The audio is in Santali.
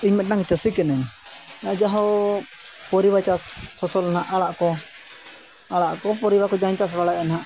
ᱤᱧ ᱢᱤᱫᱴᱟᱝ ᱪᱟᱹᱥᱤ ᱠᱟᱱᱟᱹᱧ ᱡᱟᱦᱳᱠ ᱯᱚᱨᱤᱵᱟ ᱪᱟᱥ ᱯᱷᱚᱥᱚᱞ ᱦᱮᱱᱟᱜᱼᱟ ᱟᱲᱟᱜ ᱠᱚ ᱟᱲᱟᱜ ᱠᱚ ᱯᱚᱨᱤᱵᱟ ᱠᱚ ᱡᱟᱸᱦᱟᱧ ᱪᱟᱥ ᱵᱟᱲᱟᱭᱮᱫ ᱱᱟᱦᱟᱜ